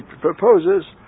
proposes